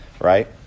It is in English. right